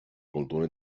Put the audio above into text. cultura